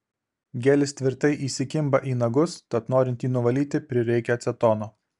gelis tvirtai įsikimba į nagus tad norint jį nuvalyti prireikia acetono